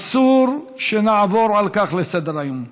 אסור שנעבור על כך לסדר-היום.